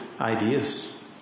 ideas